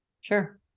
sure